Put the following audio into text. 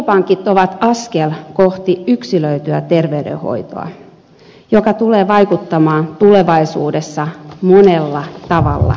biopankit ovat askel kohti yksilöityä terveydenhoitoa joka tulee vaikuttamaan tulevaisuudessa monella tavalla elämäämme